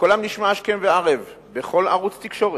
שקולם נשמע השכם והערב בכל ערוץ תקשורת,